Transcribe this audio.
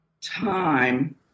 time